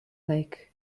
like